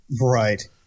Right